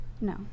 No